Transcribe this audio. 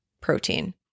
protein